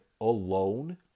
alone